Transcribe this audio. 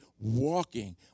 walking